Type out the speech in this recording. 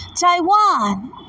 Taiwan